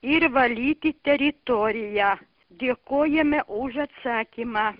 ir valyti teritoriją dėkojame už atsakymą